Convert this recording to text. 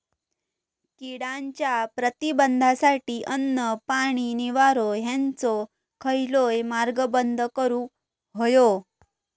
किड्यांच्या प्रतिबंधासाठी अन्न, पाणी, निवारो हेंचो खयलोय मार्ग बंद करुक होयो